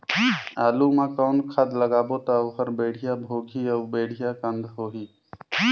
आलू मा कौन खाद लगाबो ता ओहार बेडिया भोगही अउ बेडिया कन्द होही?